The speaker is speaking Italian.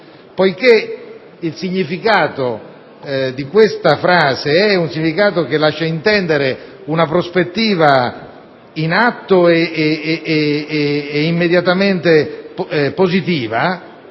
Poiché il significato di questa frase lascia intendere una prospettiva in atto e immediatamente positiva,